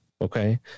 okay